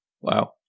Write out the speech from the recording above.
Wow